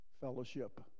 fellowship